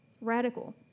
Radical